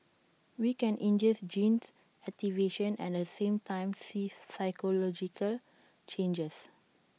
we can induce gene activation and at the same time see physiological changes